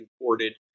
imported